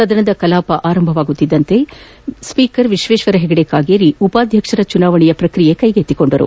ಸದನದ ಕಲಾಪ ಆರಂಭವಾಗುತ್ತಿದ್ದಂತೆಯೇ ಸ್ವೀಕರ್ ವಿಶ್ವೇಶ್ವರ ಹೆಗಡೆ ಕಾಗೇರಿ ಉಪಾಧ್ಯಕ್ಷರ ಚುನಾವಣೆಯ ಪ್ರಕ್ರಿಯೆಯನ್ನು ಕೈಗೆತ್ತಿಕೊಂಡರು